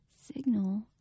signal